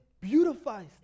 beautifies